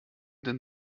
denn